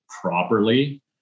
properly